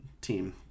team